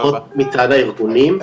פחות מצד הארגונים,